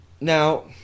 Now